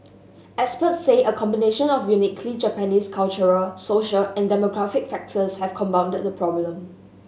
expert say a combination of uniquely Japanese cultural social and demographic factors have compounded the problem